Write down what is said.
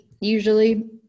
usually